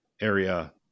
area